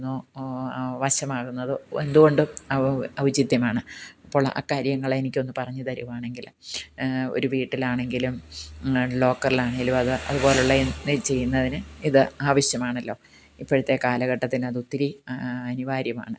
ഒന്ന് വശമാവുന്നത് എന്തുകൊണ്ടും ഔചിത്യമാണ് അപ്പോൾ ആ കാര്യങ്ങൾ എനിക്ക് ഒന്ന് പറഞ്ഞു തരികയാണെങ്കിൽ ഒരു വീട്ടിലാണെങ്കിലും ലോക്കറിലാണെങ്കിലും അത് അതുപോലെയുള്ള എന്ത് ചെയ്യുന്നതിന് ഇത് ആവശ്യമാണല്ലോ ഇപ്പോഴത്തെ കാലഘട്ടത്തിന് അത് ഒത്തിരി അനിവാര്യമാണ്